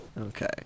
okay